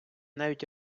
навіть